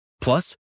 Plus